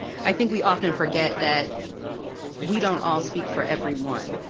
i think we often forget that we don't all speak for everyone.